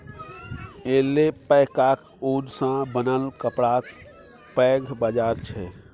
ऐल्पैकाक ऊन सँ बनल कपड़ाक पैघ बाजार छै